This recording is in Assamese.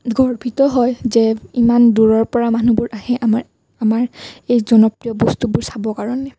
গৰ্বিত হয় যে ইমান দূৰৈৰ পৰা মানুহবোৰ আহে আমাৰ আমাৰ এই জনপ্ৰিয় বস্তুবোৰ চাবৰ কাৰণে